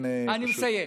אני מסיים.